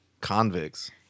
convicts